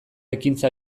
ekintza